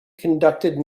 conducted